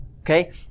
Okay